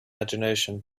imgination